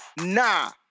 Nah